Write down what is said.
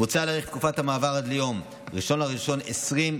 מוצע להאריך את תקופת המעבר עד ליום 1 בינואר 2030,